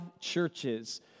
churches